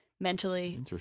mentally